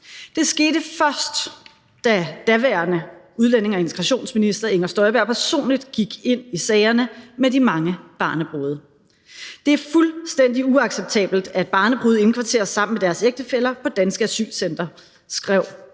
Det skete først, da den daværende udlændinge- og integrationsminister Inger Støjberg personligt gik ind i sagerne med de mange barnebrude. Det er fuldstændig uacceptabelt, at barnebrude indkvarteres sammen med deres ægtefæller på danske asylcentre, skrev